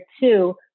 two